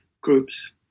groups